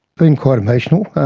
been quite emotional.